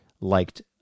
liked